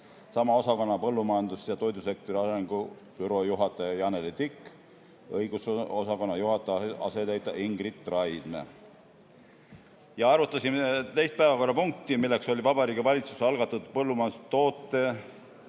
sama osakonna põllumajandus‑ ja toidusektori arengu büroo juhataja Janeli Tikk ning õigusosakonna juhataja asetäitja Ingrid Raidme. Arutasime teist päevakorrapunkti, milleks oli Vabariigi Valitsuse algatatud põllumajandustoote